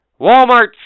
Walmart